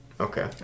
Okay